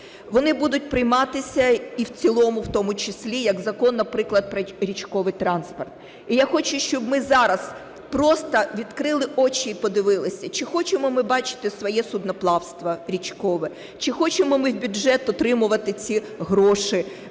Вони будуть прийматися і в цілому в тому числі, як Закон, наприклад, про річковий транспорт. І я хочу, щоб ми зараз просто відкрили очі і подивилися: чи хочемо ми бачити своє судноплавство річкове, чи хочемо ми в бюджет отримувати ці гроші